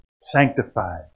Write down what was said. sanctified